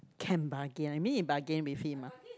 can bargain you mean you bargain with him ah